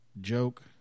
joke